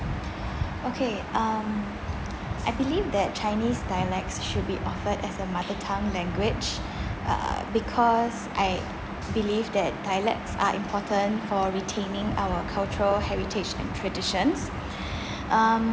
okay um I believe that chinese dialects should be offered as a mother tongue language uh because I believe that dialects are important for retaining our cultural heritage and traditions um